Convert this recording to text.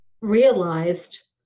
realized